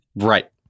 Right